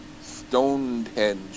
Stonehenge